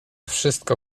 wszystko